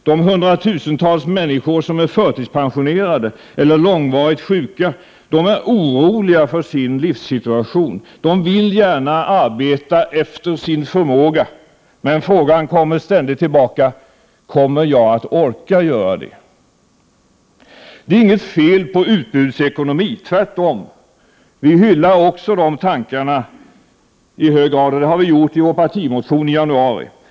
De hundratusentals människor som är förtidspensionerade eller långvarigt sjuka är oroliga för sin livssituation. De vill gärna arbeta efter sin förmåga. Men frågan kommer ständigt tillbaka: Kommer jag att orka göra det? Det är inget fel på utbudsekonomi, tvärtom. Också vi hyllar i hög grad tankarna på en sådan, och det gjorde vi även i vår partimotion i januari.